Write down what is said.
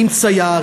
עם צייר,